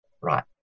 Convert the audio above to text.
right